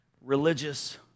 religious